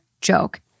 joke